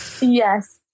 Yes